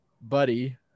buddy